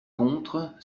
contre